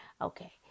okay